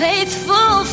Faithful